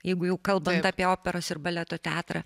jeigu jau kalbant apie operos ir baleto teatrą